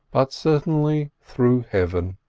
but certainly through heaven.